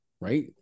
right